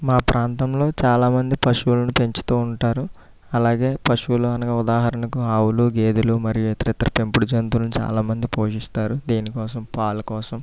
మా ప్రాంతంలో చాలామంది పశువులను పెంచుతూ ఉంటారు అలాగే పశువులు అనగా ఉదాహరణకు ఆవులు గేదెలు మరియు ఇతరితర పెంపుడు జంతువులను చాలా మంది పోషిస్తారు దేనికోసం పాలకోసం